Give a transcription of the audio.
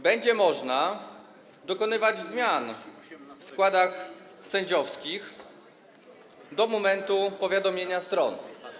Będzie można dokonywać zmian w składach sędziowskich do momentu powiadomienia stron.